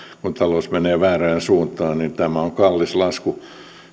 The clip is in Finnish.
kun talous menee väärään suuntaan ja tämä on kallis lasku